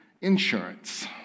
insurance